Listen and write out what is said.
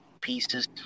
pieces